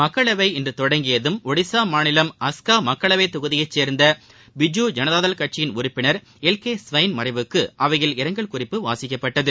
மக்களவை இன்று தொடங்கியதும் ஒடிஸா மாநிலம் அஸ்கா மக்களவை தொகுதியைச் சேர்ந்த பிஜூ ஜனதாதள் கட்சியின் உறுப்பினர் எல் கே ஸ்வைன் மறைவுக்கு அவையில் இரங்கல் குறிப்பு வாசிக்கப்பட்டது